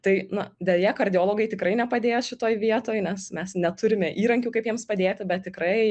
tai na deja kardiologai tikrai nepadės šitoj vietoj nes mes neturime įrankių kaip jiems padėti bet tikrai